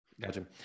Gotcha